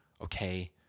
okay